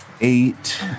Eight